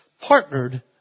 partnered